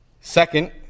Second